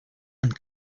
and